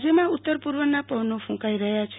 રાજ્યમાં ઉત્તર પૂર્વના પવનો કુંકાઈ રહ્યા છે